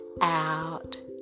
out